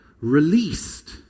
released